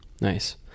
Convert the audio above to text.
nice